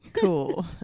cool